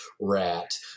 rat